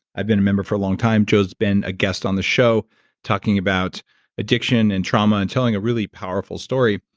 i've been a member for a long time, joe's been a guest on this show talking about addiction and trauma and telling a really powerful story,